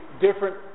different